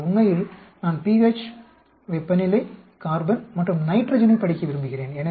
ஆனால் உண்மையில் நான் Ph வெப்பநிலை கார்பன் மற்றும் நைட்ரஜனைப் படிக்க விரும்புகிறேன்